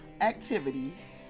activities